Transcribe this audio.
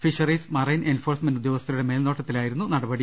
fisheries marine enforcement ഉദ്യോഗസ്ഥരുടെ മേൽനോട്ടത്തിലായിരുന്നു നടപടി